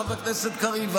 חבר הכנסת קריב,